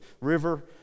river